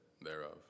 thereof